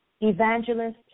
evangelist